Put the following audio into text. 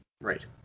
Right